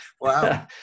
Wow